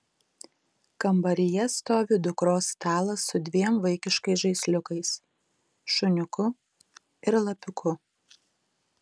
kambaryje stovi dukros stalas su dviem vaikiškais žaisliukais šuniuku ir lapiuku